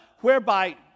whereby